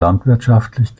landwirtschaftlich